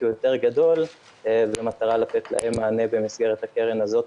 הוא יותר גדול במטרה לתת להם מענה במסגרת הקרן הזאת,